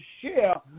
share